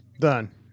Done